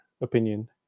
opinion